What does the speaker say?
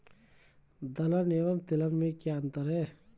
दलहन एवं तिलहन में क्या अंतर है?